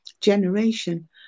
generation